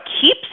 keeps